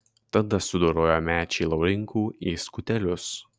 tada sudorojo mečį laurinkų į skutelius